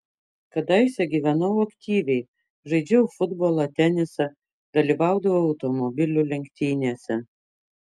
kadaise gyvenau aktyviai žaidžiau futbolą tenisą dalyvaudavau automobilių lenktynėse